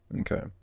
Okay